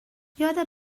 یاد